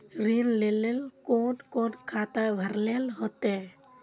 ऋण लेल कोन कोन खाता भरेले होते?